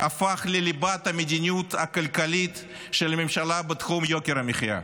הפך לליבת המדיניות הכלכלית של הממשלה בתחום יוקר המחיה?